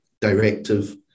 directive